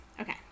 okay